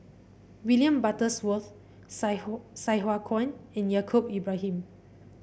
William Butterworth Sai Sai Hua Kuan and Yaacob Ibrahim